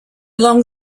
long